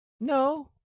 No